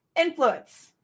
influence